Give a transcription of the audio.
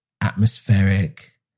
atmospheric